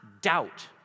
doubt